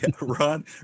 Ron